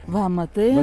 va matai